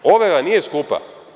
Overa nije skupa.